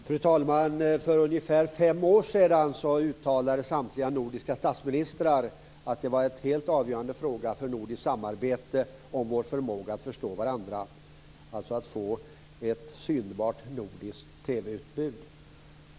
Fru talman! För ungefär fem år sedan uttalade samtliga nordiska statsministrar att det var en helt avgörande fråga för nordiskt samarbete och vår förmåga att förstå varandra att få ett synbart nordiskt TV-utbud.